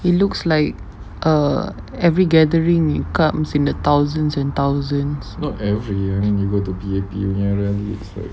it looks like a every gathering comes in their thousands and thousands